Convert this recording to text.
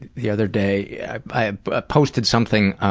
the other day i ah ah posted something